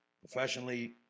professionally